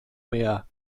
mehr